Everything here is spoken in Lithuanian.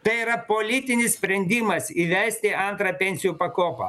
tai yra politinis sprendimas įvesti antrą pensijų pakopą